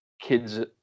kids